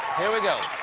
here we go.